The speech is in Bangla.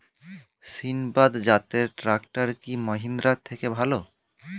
সিণবাদ জাতের ট্রাকটার কি মহিন্দ্রার থেকে ভালো?